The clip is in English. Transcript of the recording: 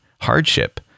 hardship